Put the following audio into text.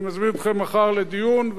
אני מזמין אתכם לדיון מחר,